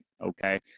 Okay